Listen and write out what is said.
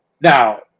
now